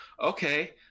Okay